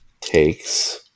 takes